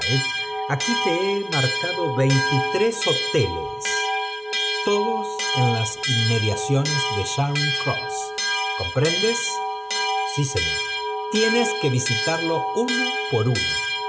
aquí te be marcado veintitrés hoteles todos en las inmediaeiones de cbaring croas comprendes sí señor tienis que visitarlos uno por uno